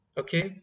okay